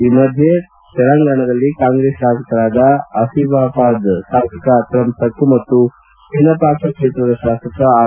ಈ ಮಧ್ಯೆ ತೆಲಂಗಾಣದಲ್ಲಿ ಕಾಂಗ್ರೆಸ್ ಶಾಸಕರಾದ ಅಸೀಫಾಬಾದ್ ಶಾಸಕ ಅತ್ರಂ ಸಕ್ಕೂ ಮತ್ತು ವಿನಪಾಕ ಕ್ಷೇತ್ರದ ಶಾಸಕ ಆರ್